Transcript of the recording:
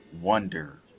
wonder